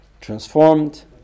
transformed